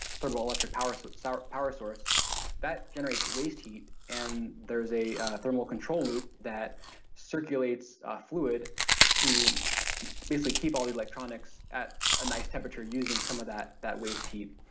thermoelectric power sort of power power source that generates waste heat and there's a thermal control loop that circulates fluid to basically keep all the electronics at a nice temperature using some of that that waste heat.